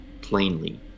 plainly